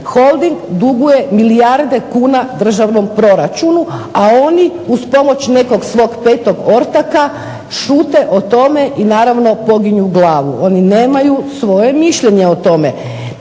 Holding duguje milijarde kuna državnom proračunu, a oni uz pomoć nekog svog 5. Ortaka šute o tome i naravno poginju glavu. Oni nemaju svoje mišljenje o tome.